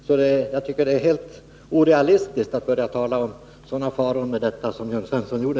Jag tycker således att det är helt orealistiskt att tala om sådana faror med detta som Jörn Svensson gjorde.